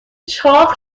چاق